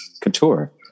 couture